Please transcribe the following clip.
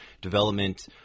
Development